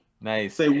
Nice